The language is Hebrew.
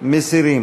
מסירים.